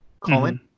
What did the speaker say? Colin